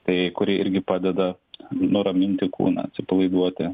tai kuri irgi padeda nuraminti kūną atsipalaiduoti